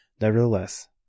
Nevertheless